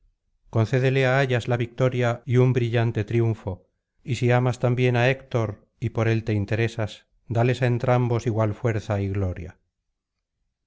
á ayax la victoria y un brillante triunfo y si amas tambien á héctor y por él te interesas dales á entrambos igual fuerza y gloria